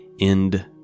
End